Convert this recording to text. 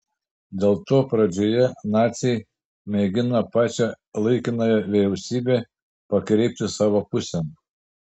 dėl to pradžioje naciai mėgino pačią laikinąją vyriausybę pakreipti savo pusėn